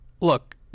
Look